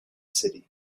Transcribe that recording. city